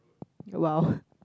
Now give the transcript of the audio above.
!wow!